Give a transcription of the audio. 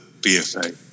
BFA